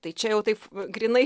tai čia jau taip grynai